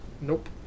Nope